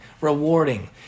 rewarding